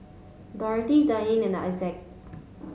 Dorothy Dianne and Isaac